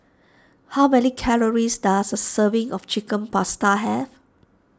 how many calories does a serving of Chicken Pasta have